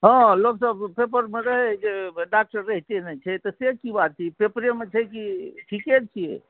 हँ लोकसब पेपरमे रहै जे डॉक्टर रहिते नहि छै से की बात छै पेपरेमे छै कि ठीके छियै